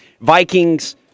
Vikings